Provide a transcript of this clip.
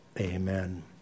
Amen